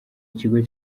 ikigo